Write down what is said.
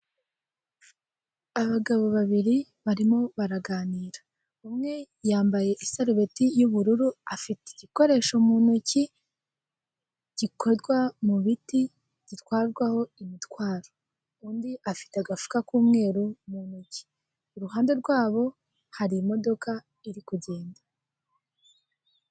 Abagabo babiri barimo baraganira. Umwe yambaye isarubeti y'ubururu, afite igikoresho mu ntoki gikorwa mu biti, gitwarwaho imitwaro, undi afite agafuka k'umweru mu ntoki. Iruhande rwaho, hari imodoka iri kugenda.